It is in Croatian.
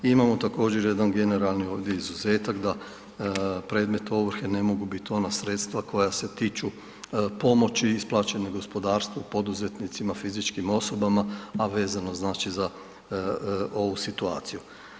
Imamo također jedan generalni ovdje izuzetak da predmet ovrhe ne mogu bit ona sredstva koja se tiču pomoći isplaćene gospodarstvu, poduzetnicima, fizičkim osobama, a vezano, znači za ovu situaciju.